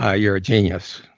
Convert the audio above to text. ah you're a genius,